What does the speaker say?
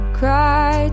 cry